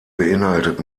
beinhaltet